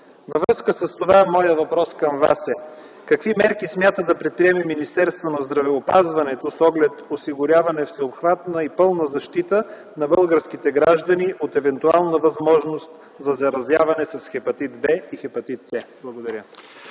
Във връзка с това моят въпрос към Вас е: какви мерки смята да предприеме Министерството на здравеопазването с оглед осигуряване всеобхватна и пълна защита на българските граждани от евентуална възможност за заразяване с хепатит „В” и хепатит „С”? Благодаря.